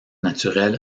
naturel